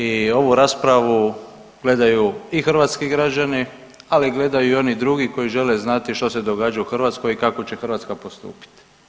I ovu raspravu gledaju i hrvatski građani, ali gledaju i oni drugi koji žele znati što se događa u Hrvatskoj i kako će Hrvatska postupiti.